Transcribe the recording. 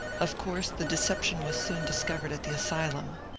of course the decep tion was soon discovered at the asylum.